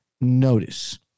notice